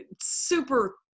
super